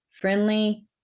Friendly